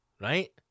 right